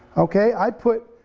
okay, i put